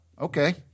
okay